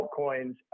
altcoins